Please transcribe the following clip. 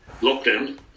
lockdown